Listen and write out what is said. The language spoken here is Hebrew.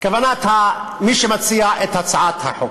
כוונת מי שמציע את הצעת החוק.